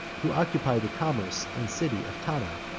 who occupied the commerce and city of tana,